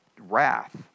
wrath